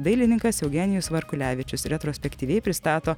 dailininkas eugenijus varkulevičius retrospektyviai pristato